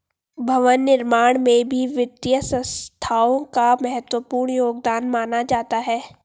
भवन निर्माण में भी वित्तीय संस्थाओं का महत्वपूर्ण योगदान माना जाता है